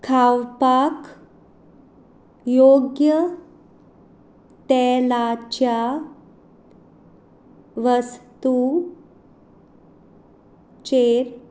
खावपाक योग्य तेलाच्या वस्तुंचेर